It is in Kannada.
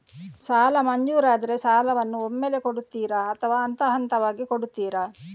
ಸಾಲ ಮಂಜೂರಾದರೆ ಸಾಲವನ್ನು ಒಮ್ಮೆಲೇ ಕೊಡುತ್ತೀರಾ ಅಥವಾ ಹಂತಹಂತವಾಗಿ ಕೊಡುತ್ತೀರಾ?